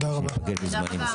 שניפגש בזמנים